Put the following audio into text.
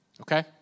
Okay